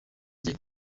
jye